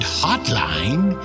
hotline